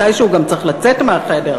מתישהו גם צריך לצאת מהחדר.